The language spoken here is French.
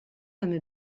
comme